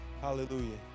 hallelujah